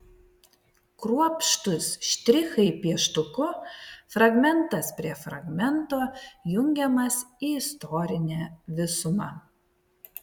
kruopštūs štrichai pieštuku fragmentas prie fragmento jungiamas į istorinę visumą